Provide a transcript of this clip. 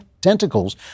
tentacles